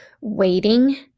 waiting